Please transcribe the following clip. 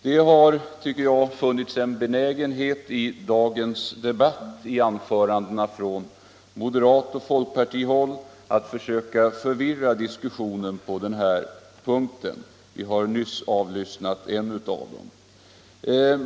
Det har, tycker jag, funnits en benägenhet i dagens anföranden från moderat håll och folkpartihåll att försöka förvirra diskussionen på den här punkten. Vi har nyss avlyssnat ett av dem.